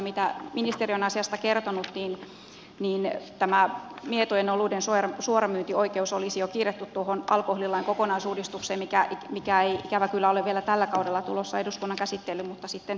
mitä ministeri on asiasta kertonut niin mietojen oluiden suoramyyntioikeus olisi jo kirjattu alkoholilain kokonaisuudistukseen mikä ei ikävä kyllä ole vielä tällä kaudella tulossa eduskunnan käsittelyyn mutta sitten ensi kaudella